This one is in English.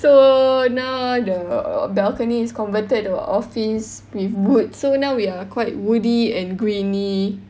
so now the balcony is converted to a office with wood so now we're quite woody and greeny